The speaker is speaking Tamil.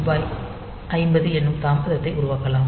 8 50 என்னும் தாமதத்தை உருவாக்கலாம்